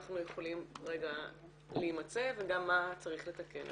אנחנו יכולים להימצא וגם מה צריך לתקן.